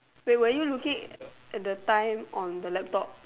wait were you looking at the time on the laptop